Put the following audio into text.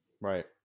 Right